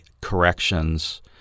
corrections